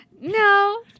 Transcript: No